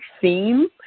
theme